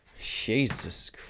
Jesus